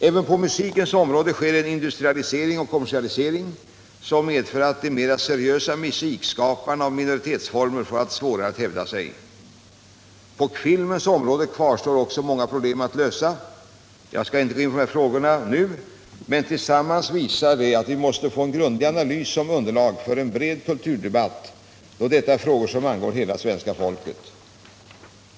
Även på musikens område sker en industrialisering och kommersialisering som medför att de mera seriösa musikskaparna och minoritetsformerna får allt svårare att hävda sig. På filmens område kvarstår också många problem att lösa. Jag skall inte gå in på dessa frågor nu, men tillsammans visar de att vi måste få en grundlig analys som underlag för en bred kulturdebatt, då detta är frågor som angår hela svenska folket.